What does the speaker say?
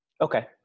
okay